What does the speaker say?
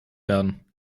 werden